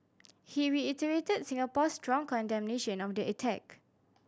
he reiterated Singapore's strong condemnation of the attack